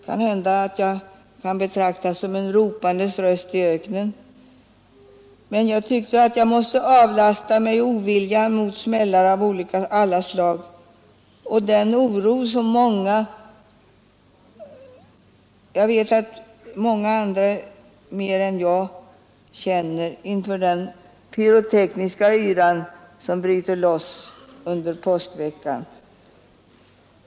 Kanske kan jag betraktas som en ropandes röst i öknen, men jag tyckte att jag måste avlasta mig oviljan mot smällare av alla slag och påtala den oro som jag vet att många andra i ännu högre grad än jag själv känner inför den pyrotekniska yra som bryter loss under påskveckan.